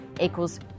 equals